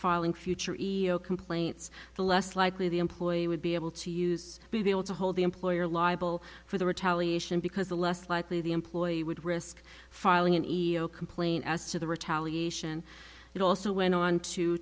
filing future ego complaints the less likely the employee would be able to use to be able to hold the employer liable for the retaliation because the less likely the employee would risk filing an ego complaint as to the retaliation it also went on to